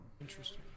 interesting